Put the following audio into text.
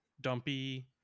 Dumpy